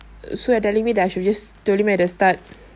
so you're telling me that I should just told him at the start